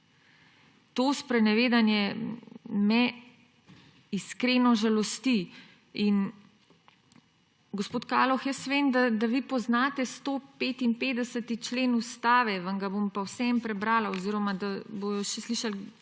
To sprenevedanje me iskreno žalosti. Gospod Kaloh, jaz vem, da vi poznate 155. člen Ustave, vam ga bom pa vseeno prebrala, da bodo slišali